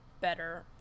better